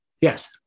Yes